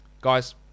Guys